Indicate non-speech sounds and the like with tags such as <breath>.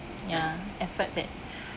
ya effort that <breath>